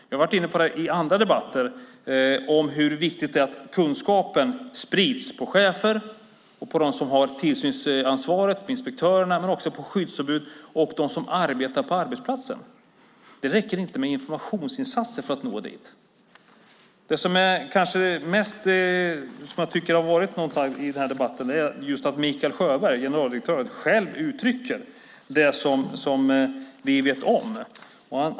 Jag har varit inne på detta i andra debatter - hur viktigt det är att kunskapen sprids på chefer, på dem som har tillsynsansvaret, det vill säga inspektörerna, men också på skyddsombud och på dem som arbetar på arbetsplatsen. Det räcker inte med informationsinsatser för att nå dit. Det mest anmärkningsvärda i debatten är att Mikael Sjöberg, generaldirektören, själv uttrycker det som vi vet om.